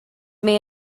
may